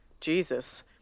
Jesus